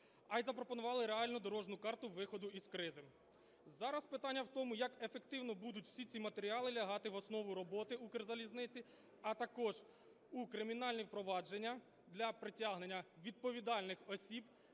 а й запропонували реальну дорожню карту виходу із кризи. Зараз питання в тому, як ефективно будуть всі ці матеріали лягати в основу Укрзалізниці, а також у кримінальні провадження для притягнення відповідальних осіб,